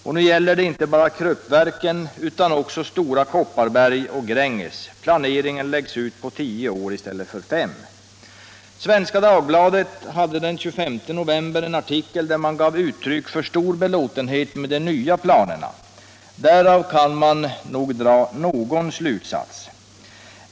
Det gäller inte bara Kruppverken utan också Stora Kopparberg och Gränges. Planeringen läggs ut på tio år i stället för på fem. Svenska Dagbladet hade den 25 november en artikel, där man gav uttryck för stor belåtenhet med de nya planerna. Därav kan man nog dra någon slutsats.